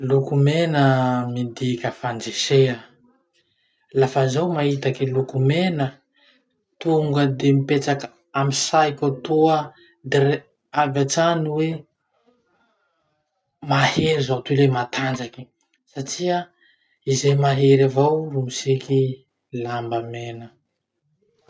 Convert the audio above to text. Loko mena midika fandresea. Mafa zaho mahita kiloko mena, tonga de mipetraky amy saiko atoa direct avy hatrany hoe mahery zaho ty lay matanjaky.